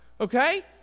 okay